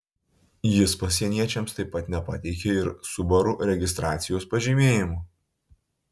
jis pasieniečiams taip pat nepateikė ir subaru registracijos pažymėjimo